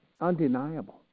undeniable